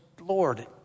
Lord